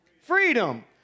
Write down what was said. freedom